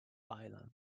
island